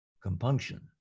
compunction